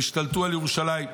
הם השתלטו על ירושלים.